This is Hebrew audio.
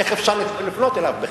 איך אפשר לפנות אליו בכלל.